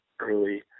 early